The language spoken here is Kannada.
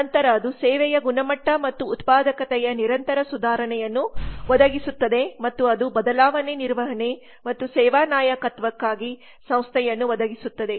ನಂತರ ಅದು ಸೇವೆಯ ಗುಣಮಟ್ಟ ಮತ್ತು ಉತ್ಪಾದಕತೆಯ ನಿರಂತರ ಸುಧಾರಣೆಯನ್ನು ಒದಗಿಸುತ್ತದೆ ಮತ್ತು ಅದು ಬದಲಾವಣೆ ನಿರ್ವಹಣೆ ಮತ್ತು ಸೇವಾ ನಾಯಕತ್ವಕ್ಕಾಗಿ ಸಂಸ್ಥೆಯನ್ನು ಒದಗಿಸುತ್ತದೆ